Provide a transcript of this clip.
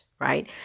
right